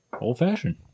Old-fashioned